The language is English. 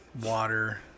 water